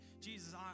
Jesus